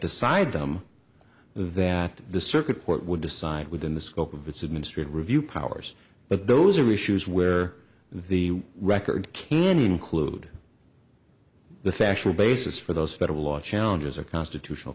decide them that the circuit court would decide within the scope of its administrative review powers but those are issues where the record can include the factual basis for those federal law challenges or constitutional